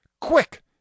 quick